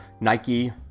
nike